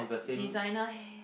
designer h~